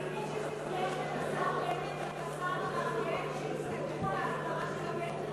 האם יש הסדר לשר בנט עם השר המארגן שיסתדרו על ההסדרה של,